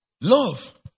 Love